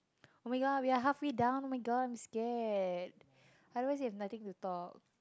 oh-my-god we are halfway done oh-my-god I'm scared I realised we have nothing to talk